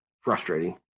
frustrating